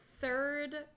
third